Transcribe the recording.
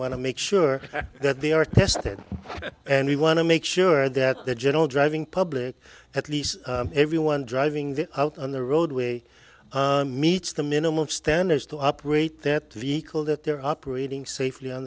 to make sure that they are tested and we want to make sure that the general driving public at least everyone driving this out on the roadway meets the minimum standards to operate that vehicle that they're operating safely on